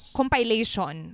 compilation